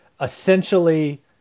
essentially